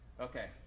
Okay